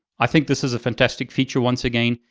i think this is a fantastic feature once again,